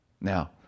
Now